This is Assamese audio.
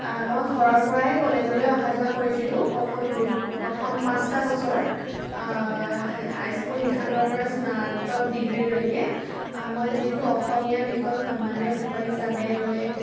মই ঘৰৰ পৰাই কলেজলৈ অহা যোৱা কৰিছিলোঁ প্ৰথম দু প্ৰথম পাঁচটা বছৰ হাই স্কুল শিক্ষান্তৰ পৰা স্নাতক ডিগ্ৰীলৈকে মই যিহেতো অসমীয়া বিষয় সন্মানীয় বিষয় হিচাপে লৈ